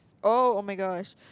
oh oh-my-gosh